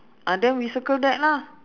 ah then we circle that lah